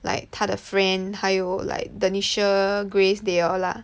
like 他的 friend 还有 like Denisha Grace they all lah